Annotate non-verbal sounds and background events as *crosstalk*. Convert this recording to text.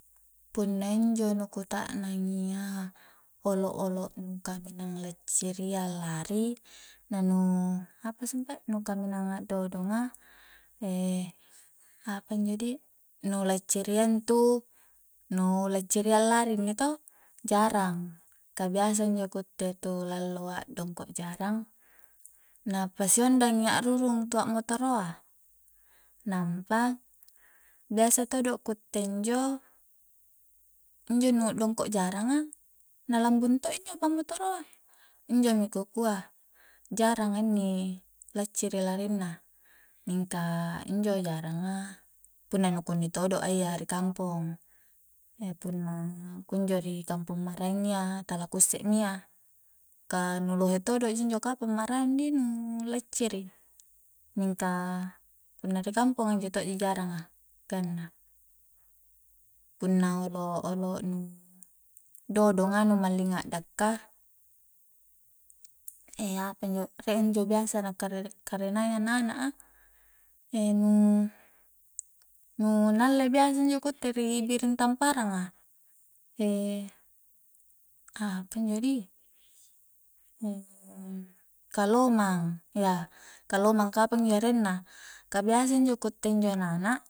Punna injo nu kutaknan iya olo-olo nu kaminang lacciria lari, na nu apa sumpae na nu kaminang a'dodong a *hesitation* apanjo dih nu lacciria intu nu lacciria allari inni toh jarang ka biasa injo ku utte tullaloa a'dongko jarang na pasi ondangi a'rurung tua' motoro a nampa biasa todo ku utte injo, injo nu dongko jaranga na lambung to injo pamotor a, injoimi ku kua jaranga inni lacciri larinna, mingka injo jaranga punna nu kunni todo a iya ri kampong, *hesitation* punna kunjo ri kampong maraeng iya tala ku isse mi iya ka nu lohe todo ja kapang injo maraeng dih nu lacciri mingka punna ri kamponga injo todo ji jaranga ganna punna olo-olo nu dodonga nu mallinga dakka *hesitation* apanjo rie injo biasa na kare'na-karenai anak-anaka *hesitation* nu na alle biasa injo ku utte ri biring tamparanga *hesitation* apanjo dih *hesitation* kalomang yaa kalomang kapang injo arenna ka biasa njo ku utte injo anak-anak